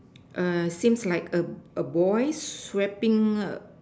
err seems like a a boy sweeping up